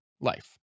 life